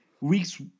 weeks